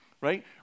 right